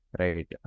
right